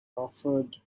offered